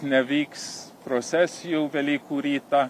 nevyks prosesijų velykų rytą